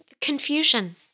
confusion